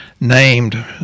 named